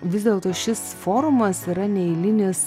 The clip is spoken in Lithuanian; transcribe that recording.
vis dėlto šis forumas yra neeilinis